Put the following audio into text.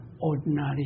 ordinary